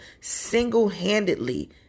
single-handedly